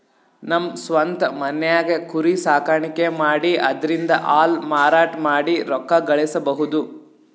ನಮ್ ಸ್ವಂತ್ ಮನ್ಯಾಗೆ ಕುರಿ ಸಾಕಾಣಿಕೆ ಮಾಡಿ ಅದ್ರಿಂದಾ ಹಾಲ್ ಮಾರಾಟ ಮಾಡಿ ರೊಕ್ಕ ಗಳಸಬಹುದ್